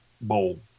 bowl